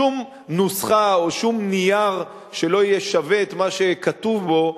שום נוסחה או שום נייר שלא יהיה שווה את מה שכתוב בו,